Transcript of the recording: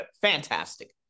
fantastic